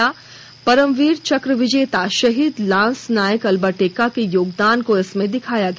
इसमें परमवीर चक्र विजेता शहीद लांसनायक अल्बर्ट एक्का के योगदान को दिखाया गया